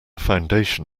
foundation